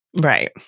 Right